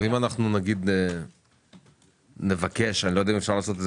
אולי נבקש אני לא יודע אם ניתן לעשות את